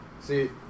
See